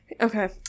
Okay